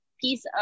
piece